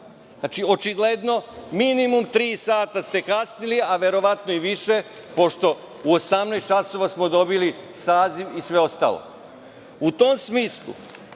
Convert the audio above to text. očigledno minimum tri sata ste kasnili, a verovatno i više pošto u 18,00 časova smo dobili saziv i sve ostalo. U tom smislu,